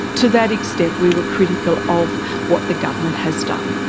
to that extent, we were critical of what the government has done.